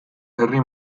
herri